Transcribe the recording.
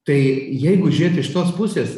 tai jeigu žiūrėti iš tos pusės